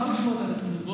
אני אשמח לשמוע את הנתונים.